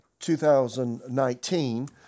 2019